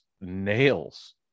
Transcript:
nails